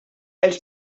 els